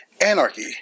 anarchy